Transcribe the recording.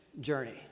journey